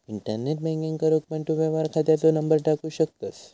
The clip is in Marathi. इंटरनेट बॅन्किंग करूक पण तू व्यवहार खात्याचो नंबर टाकू शकतंस